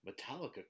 Metallica